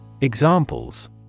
Examples